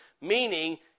meaning